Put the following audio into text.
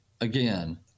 again—